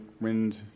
wind